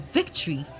victory